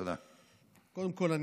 קודם כול,